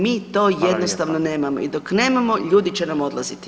Mi to jednostavno nemamo i dok nemamo ljudi će nam odlaziti.